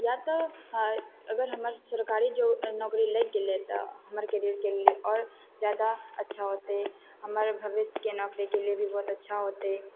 या तऽ अगर हमर सरकारी जो नौकरी लागि गेलै तऽ हमर कैरियरके लिए आओर जादा अच्छा होतै हमर भविष्यके नौकरीके लिए भी बहुत अच्छा होतै